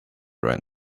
right